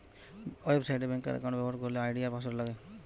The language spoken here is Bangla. ওয়েবসাইট এ ব্যাংকার একাউন্ট ব্যবহার করলে আই.ডি আর পাসওয়ার্ড লাগে